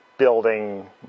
building